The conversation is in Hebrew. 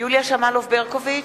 יוליה שמאלוב-ברקוביץ,